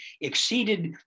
exceeded